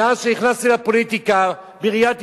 מאז נכנסתי לפוליטיקה, בעיריית ירושלים,